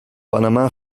panama